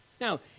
Now